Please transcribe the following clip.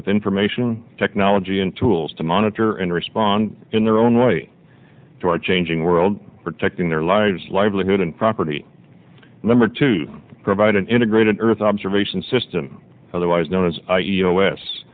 with information technology and tools to monitor and respond in their own way to our changing world protecting their lives livelihood and property remember to provide an integrated earth observation system otherwise known as